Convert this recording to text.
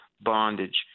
bondage